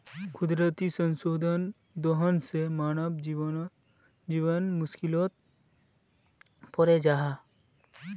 कुदरती संसाधनेर दोहन से मानव जीवन मुश्कीलोत पोरे जाहा